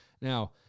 Now